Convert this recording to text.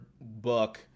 book